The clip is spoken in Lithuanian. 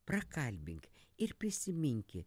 prakalbink ir prisiminki